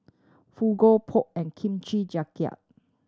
Fugu Pho and Kimchi Jjigae